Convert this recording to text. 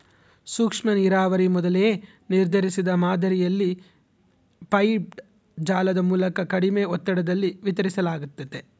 ಸೂಕ್ಷ್ಮನೀರಾವರಿ ಮೊದಲೇ ನಿರ್ಧರಿಸಿದ ಮಾದರಿಯಲ್ಲಿ ಪೈಪ್ಡ್ ಜಾಲದ ಮೂಲಕ ಕಡಿಮೆ ಒತ್ತಡದಲ್ಲಿ ವಿತರಿಸಲಾಗ್ತತೆ